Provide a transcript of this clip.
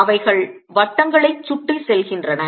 அவைகள் வட்டங்களைச் சுற்றி செல்கின்றன